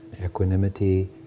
equanimity